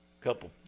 couple